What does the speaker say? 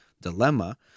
dilemma